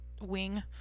wing